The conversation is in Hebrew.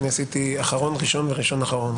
אני עשיתי אחרון ראשון, וראשון אחרון.